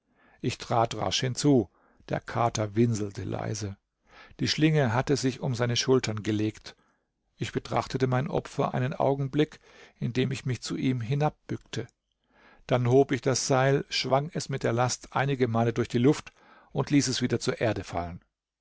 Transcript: ich trat rasch hinzu der kater winselte leise die schlinge hatte sich um seine schultern gelegt ich betrachtete mein opfer einen augenblick indem ich mich zu ihm hinabbückte dann hob ich das seil schwang es mit der last einigemal durch die luft und ließ es wieder zur erde fallen